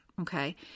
okay